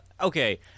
okay